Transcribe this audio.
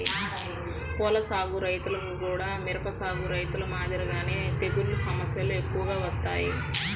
పూల సాగు రైతులకు గూడా మిరప సాగు రైతులు మాదిరిగానే తెగుల్ల సమస్యలు ఎక్కువగా వత్తాయి